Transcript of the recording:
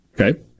Okay